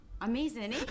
Amazing